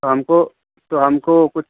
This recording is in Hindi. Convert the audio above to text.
तो हमको तो हमको कुछ